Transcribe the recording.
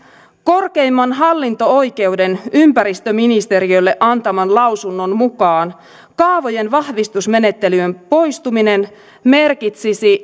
korkeimman hallinto oikeuden ympäristöministeriölle antaman lausunnon mukaan kaavojen vahvistusmenettelyn poistuminen merkitsisi